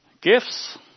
Gifts